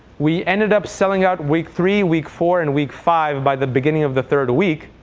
we ended up selling out week three, week four, and week five by the beginning of the third week.